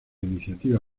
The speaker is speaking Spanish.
iniciativa